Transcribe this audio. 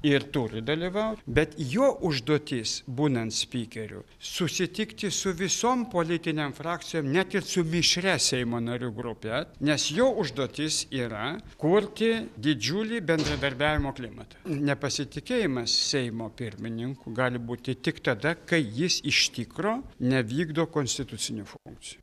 ir turi dalyvaut bet jo užduotis būnant spikeriu susitikti su visom politinėm frakcijom net ir su mišria seimo narių grupe nes jo užduotis yra kurti didžiulį bendradarbiavimo klimatą nepasitikėjimas seimo pirmininku gali būti tik tada kai jis iš tikro nevykdo konstitucinių funkcijų